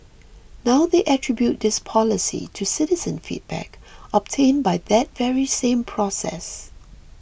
now they attribute this policy to citizen feedback obtained by that very same process